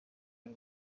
y’u